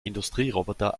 industrieroboter